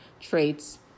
traits